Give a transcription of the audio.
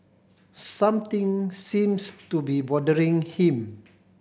something seems to be bothering him